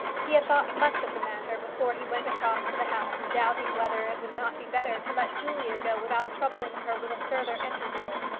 he had thought much of the matter before he went across to the house, doubting whether it would not be better to let julia go without troubling her with a further interview.